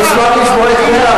אנחנו נשמח לשמוע את כולן.